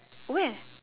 where